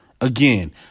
Again